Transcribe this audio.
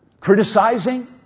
Criticizing